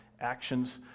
actions